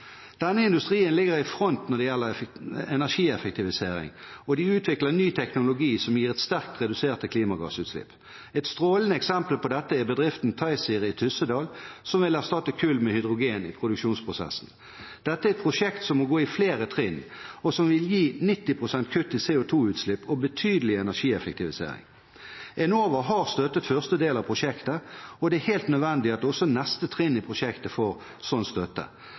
Denne industrien ligger i front når det gjelder energieffektivisering, og de utvikler ny teknologi som gir sterkt reduserte klimagassutslipp. Et strålende eksempel på dette er bedriften Tizir i Tyssedal, som vil erstatte kull med hydrogen i produksjonsprosessen. Dette er prosjekt som må gå i flere trinn og som vil gi 90 pst. kutt i CO2-utslipp og betydelig energieffektivisering. Enova har støttet første del av prosjektet, og det er helt nødvendig at også neste trinn i prosjektet får støtte.